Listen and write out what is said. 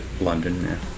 London